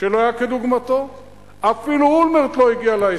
שלא היה כדוגמתו.